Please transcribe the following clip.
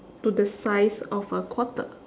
to the size of a quarter